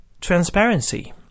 transparency